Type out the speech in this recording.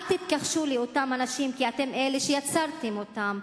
אל תתכחשו לאותם אנשים, כי אתם אלה שיצרתם אותם.